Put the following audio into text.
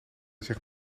zich